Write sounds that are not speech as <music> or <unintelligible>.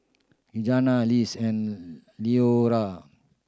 Regena <unintelligible> and Leora